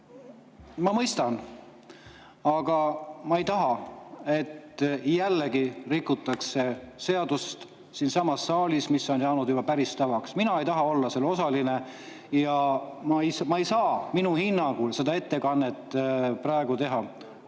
Ma mõistan, aga ma ei taha, et jälle rikutaks seadust siinsamas saalis. See on [saanud] juba päris tavaks. Mina ei taha olla selle osaline ja ma ei saa minu hinnangul seda ettekannet täna teha.